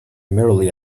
merely